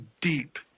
deep